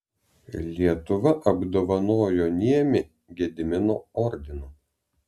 lietuva apdovanojo niemį gedimino ordinu